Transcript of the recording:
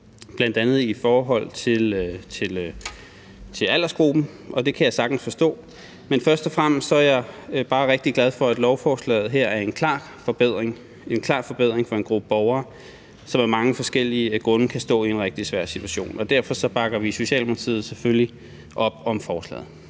bl.a. i forhold til aldersgruppen. Det kan jeg sagtens forstå, men først og fremmest er jeg bare rigtig glad for, at lovforslaget her giver en klar forbedring for en gruppe borgere, som af mange forskellige grunde kan stå i en rigtig svær situation, og derfor bakker vi i Socialdemokratiet selvfølgelig op om forslaget.